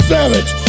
Savage